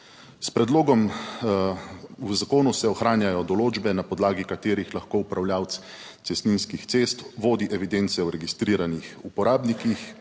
S predlogom v zakonu se ohranjajo določbe, na podlagi katerih lahko upravljavec cestninskih cest vodi evidence o registriranih uporabnikih,